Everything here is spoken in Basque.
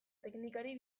teknikari